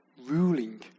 ruling